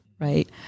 Right